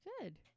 Good